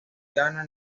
ghana